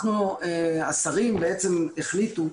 השרים בעצם החליטו,